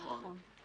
נכון.